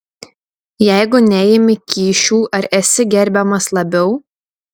jeigu neimi kyšių ar esi gerbiamas labiau